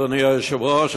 אדוני היושב-ראש,